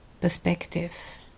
perspective